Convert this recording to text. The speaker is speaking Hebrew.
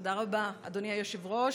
תודה רבה, אדוני היושב-ראש.